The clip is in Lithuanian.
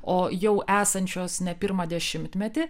o jau esančios ne pirmą dešimtmetį